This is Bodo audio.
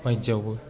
बायदियावबो